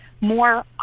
more